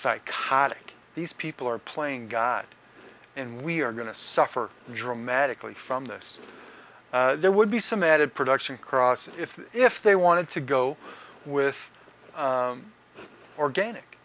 psychotic these people are playing god and we are going to suffer dramatically from this there would be some added production cross if they if they wanted to go with organic